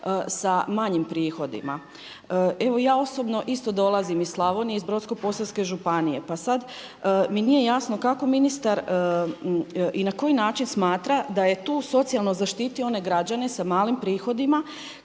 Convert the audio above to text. sa manjim prihodima. Evo ja osobno isto dolazim iz Slavonije, iz Brodsko-podravske županije pa sad mi nije jasno kako ministar i na koji način smatra da je tu socijalno zaštitio one građane sa malim prihodima